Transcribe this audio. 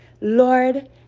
Lord